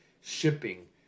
shipping